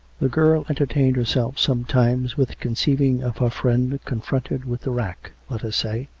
the girl enter tained herself sometimes with conceiving of her friend con fronted with the rack, let us say,